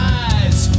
eyes